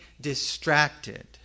distracted